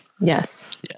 Yes